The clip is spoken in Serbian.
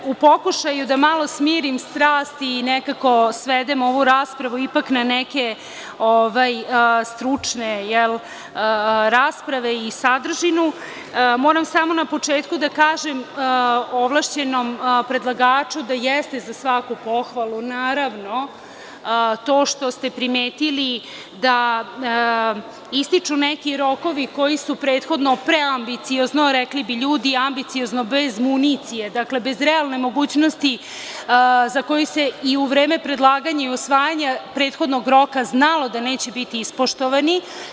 U pokušaju da malo smirim strasti i nekako svedemo ovu raspravu ipak na neke stručne rasprave i sadržinu, moram samo na početku da kažem ovlašćenom predlagaču da jeste za svaku pohvalu, naravno, to što ste primetili da ističu neki rokovi koji su prethodno preambiciozno, rekli bi ljudi – ambiciozno bez municije, dakle, bez realne mogućnosti za koje se i u vreme predlaganja i usvajanja prethodnog roka znalo da neće biti ispoštovani.